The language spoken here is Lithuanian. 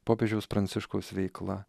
popiežiaus pranciškaus veikla